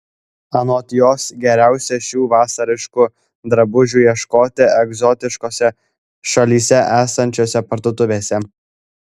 anot jos geriausia šių vasariškų drabužių ieškoti egzotiškose šalyse esančiose parduotuvėse